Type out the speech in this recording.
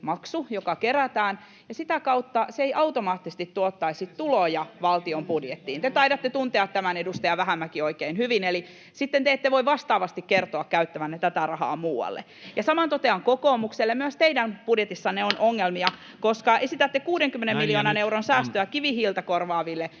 joka kerätään, ja sitä kautta se ei automaattisesti tuottaisi tuloja valtion budjettiin. [Jani Mäkelän välihuuto] — Te taidatte tuntea tämän, edustaja Vähämäki, oikein hyvin, eli sitten te ette voi vastaavasti kertoa käyttävänne tätä rahaa muualle. Ja saman totean kokoomukselle: Myös teidän budjetissanne on ongelmia, koska esitätte 60 miljoonan säästöä kivihiiltä korvaaville